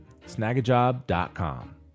Snagajob.com